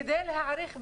כדי להעריך באמת.